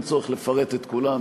ואין צורך לפרט את כולן,